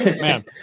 man